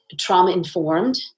trauma-informed